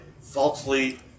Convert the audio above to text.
falsely